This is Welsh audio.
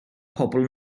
pobl